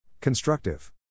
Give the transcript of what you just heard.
Constructive